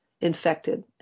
infected